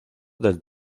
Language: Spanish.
del